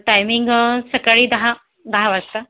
timing सकाळी दहा दहा वाजता